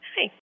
Hi